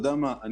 אני